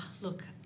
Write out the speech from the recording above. look